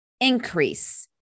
increase